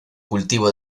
cultivo